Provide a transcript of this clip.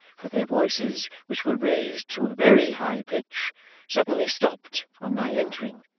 for their voices which were raised to a very high pitch suddenly stopped on my entering,